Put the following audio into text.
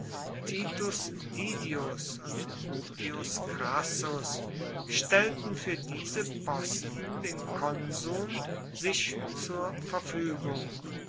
didius und publius crassus stellten für diese posten den konsuln sich zur verfügung